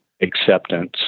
acceptance